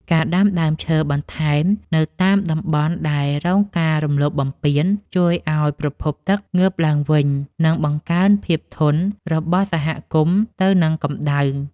ការដាំដើមឈើបន្ថែមនៅតាមតំបន់ដែលរងការរំលោភបំពានជួយឱ្យប្រភពទឹកងើបឡើងវិញ និងបង្កើនភាពធន់របស់សហគមន៍ទៅនឹងកម្តៅ។